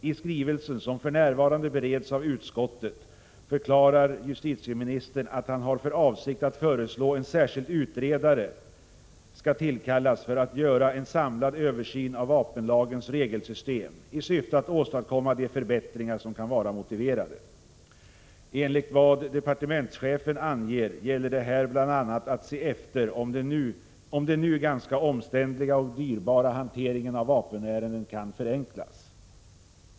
I skrivelsen, som för närvarande bereds av utskottet, förklarar justitieministern att han har för avsikt att föreslå att en särskild utredare tillkallas för att göra en samlad översyn av vapenlagens regelsystem i syfte att åstadkomma de förbättringar som kan vara motiverade. Enligt vad departementschefen anger gäller det här bl.a. att se efter om den nu ganska omständliga och dyrbara hanteringen av vapenärenden kan förenklas.